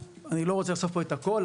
אני לא רוצה לחשוף פה את הכול,